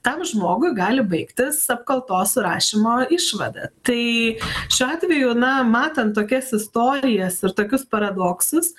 tam žmogui gali baigtis apkaltos surašymo išvada tai šiuo atveju na matant tokias istorijas ir tokius paradoksus